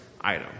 item